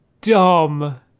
dumb